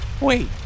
Wait